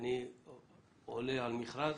ואני עולה על מכרז,